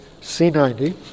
c90